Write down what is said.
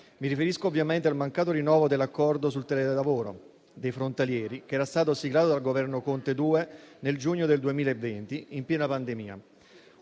Mi riferisco ovviamente al mancato rinnovo dell'Accordo sul telelavoro dei frontalieri, che era stato siglato dal secondo governo Conte nel giugno del 2020 in piena pandemia;